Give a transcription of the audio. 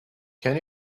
can